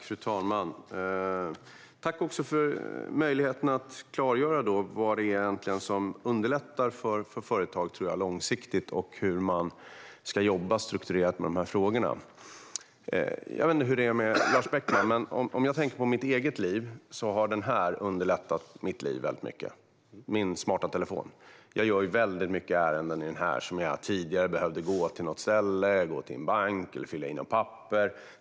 Fru talman! Jag tackar för att jag får möjlighet att klargöra vad det är som jag tror egentligen underlättar för företag långsiktigt och hur man ska jobba strukturerat med dessa frågor. Jag vet inte hur det är med Lars Beckman, men om jag tänker på mitt eget liv har min smarta telefon underlättat mitt liv väldigt mycket. Jag gör många ärenden i den som jag tidigare behövde gå till något ställe, till exempel en bank, för att göra eller för att fylla i något papper.